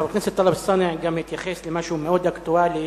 חבר הכנסת טלב אלסאנע גם התייחס למשהו מאוד אקטואלי,